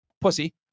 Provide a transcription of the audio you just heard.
pussy